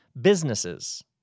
Businesses